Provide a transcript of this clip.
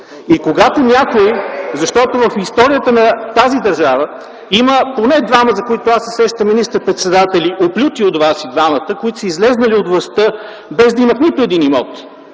(Смях от ГЕРБ.) В историята на тази държава има поне двама, за които аз се сещам, министър-председатели, оплюти от вас и двамата, които са излезли от властта, без да имат нито един имот!